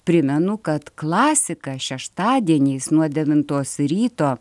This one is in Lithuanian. primenu kad klasika šeštadieniais nuo devintos ryto